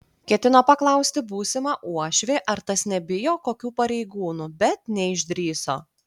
ketino paklausti būsimą uošvį ar tas nebijo kokių pareigūnų bet neišdrįso